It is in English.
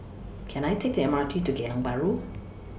Can I Take The M R T to Geylang Bahru